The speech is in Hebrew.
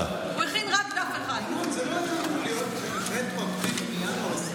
אני קובע שהצעת חוק רשות תעופה אזרחית (תיקון מס'